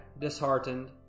disheartened